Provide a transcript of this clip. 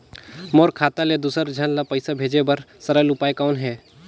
मोर खाता ले दुसर झन ल पईसा भेजे बर सरल उपाय कौन हे?